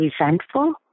resentful